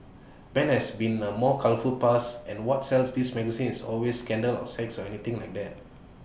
Ben has been A more colourful past and what sells these magazines always scandal sex or anything like that